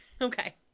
Okay